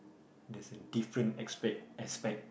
there's a different aspect aspect